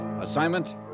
Assignment